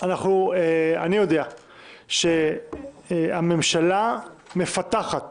אני יודע שהממשלה מפתחת